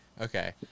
okay